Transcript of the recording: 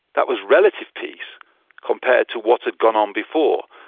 that was relative peace compared to what had gone on before.